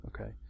Okay